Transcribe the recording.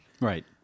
Right